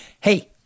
Hey